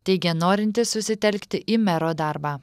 teigė norintis susitelkti į mero darbą